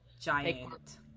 giant